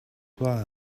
why